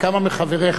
וכמה מחבריך.